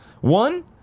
one